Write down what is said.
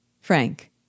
Frank